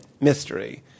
mystery